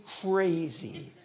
crazy